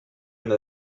une